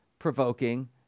provoking